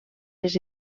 les